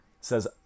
says